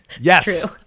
Yes